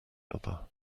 other